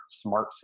smart